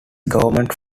government